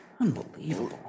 Unbelievable